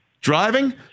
Driving